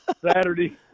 Saturday